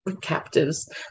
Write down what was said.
captives